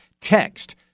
text